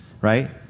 Right